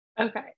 okay